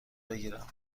بگیرم